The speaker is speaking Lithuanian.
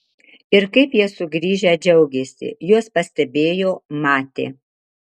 ir kaip jie sugrįžę džiaugėsi juos pastebėjo matė